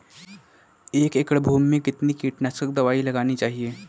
एक एकड़ भूमि में कितनी कीटनाशक दबाई लगानी चाहिए?